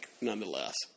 nonetheless